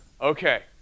Okay